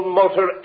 motor